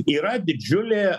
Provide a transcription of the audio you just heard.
yra didžiulė